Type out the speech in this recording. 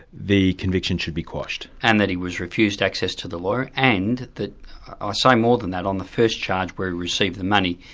the conviction should be quashed. and that he was refused access to the law, and i'll ah say more than that on the first charge where he received the money,